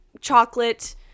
chocolate